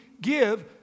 give